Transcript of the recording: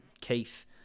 Keith